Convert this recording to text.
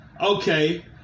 Okay